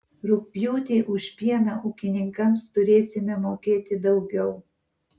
rugpjūtį už pieną ūkininkams turėsime mokėti daugiau